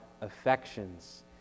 affections